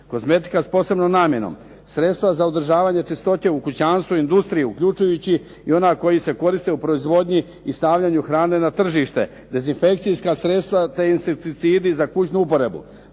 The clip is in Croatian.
kozmetika s posebnom namjenom, sredstva za odražavanje čistoće u kućanstvu i industriji uključujući i ona koja se koriste u proizvodnji i stavljanju hrane na tržište, dezinfekcijska sredstva te ... /Govornik